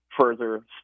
further